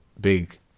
big